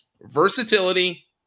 Versatility